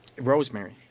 Rosemary